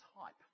type